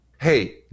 Hey